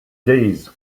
days